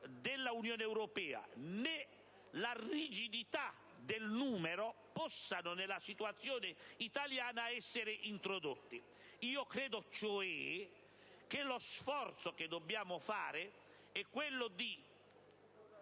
dell'Unione europea, né la rigidità del numero possano, nella situazione italiana, essere introdotti. Lo sforzo che dobbiamo fare è quello di